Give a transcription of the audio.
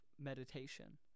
meditation